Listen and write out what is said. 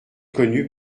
connu